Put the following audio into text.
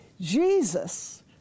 Jesus